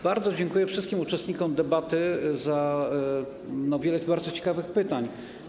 Bardzo dziękuję wszystkim uczestnikom debaty za wiele bardzo ciekawych pytań.